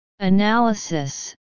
Analysis